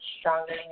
stronger